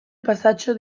pasatxo